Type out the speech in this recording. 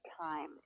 time